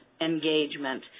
engagement